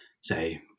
say